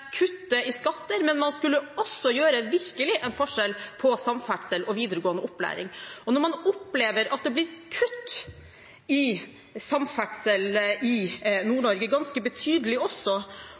i skatter, men man skulle også virkelig gjøre en forskjell når det gjaldt samferdsel og videregående opplæring. Når man opplever at det blir kutt i samferdsel i Nord-Norge, ganske betydelige også,